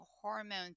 hormone